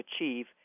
achieve